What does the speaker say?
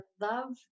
love